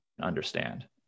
understand